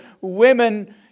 women